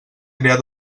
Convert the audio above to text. crear